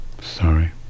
Sorry